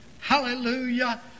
hallelujah